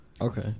Okay